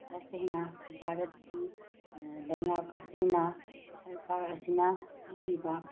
ꯇꯁꯦꯡꯅ ꯚꯥꯔꯠꯀꯤ ꯂꯩꯉꯥꯛ ꯑꯁꯤꯅ ꯁꯔꯀꯥꯔ ꯑꯁꯤꯅ ꯄꯤꯔꯤꯕ